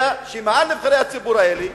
אלא שנבחרי הציבור האלה,